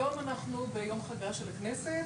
היום אנחנו ביום חדש של הכנסת,